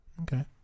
Okay